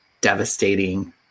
devastating